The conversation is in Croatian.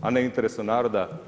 a ne interesom naroda.